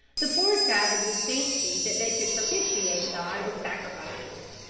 the poor savages fancied that they could propitiate god with sacrifices.